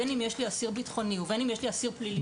בין אם יש לי אסיר בטחוני ובין אם יש לי אסיר פלילי,